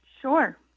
Sure